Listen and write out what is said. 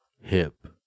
hip